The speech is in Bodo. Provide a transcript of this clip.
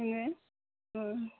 नोङो औ